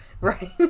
Right